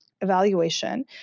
evaluation